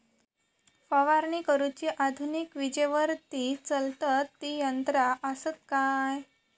फवारणी करुची आधुनिक विजेवरती चलतत ती यंत्रा आसत काय?